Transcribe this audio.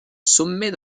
sommet